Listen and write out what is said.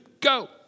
Go